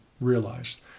realized